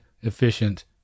efficient